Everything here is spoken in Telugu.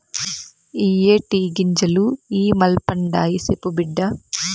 ఇయ్యే టీ గింజలు ఇ మల్పండాయి, సెప్పు బిడ్డా